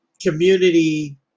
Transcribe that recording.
community